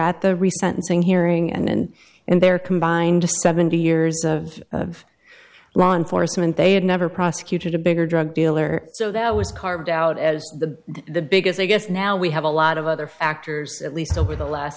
at the recent sing hearing and in their combined seventy years of law enforcement they had never prosecuted a bigger drug dealer so that was carved out as the the biggest i guess now we have a lot of other factors at least over the last